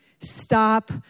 Stop